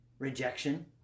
rejection